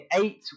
eight